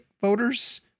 voters